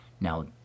Now